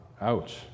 ouch